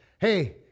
Hey